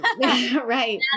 right